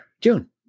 June